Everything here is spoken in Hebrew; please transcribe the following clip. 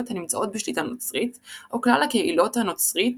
הנמצאות בשליטה נוצרית או כלל הקהילות הנוצרית